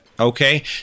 Okay